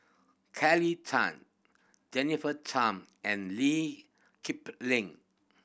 Kelly Tang Jennifer Tham and Lee Kip Lin